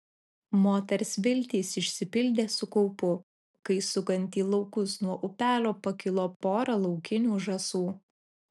moters viltys išsipildė su kaupu kai sukant į laukus nuo upelio pakilo pora laukinių žąsų